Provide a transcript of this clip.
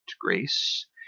grace